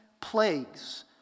plagues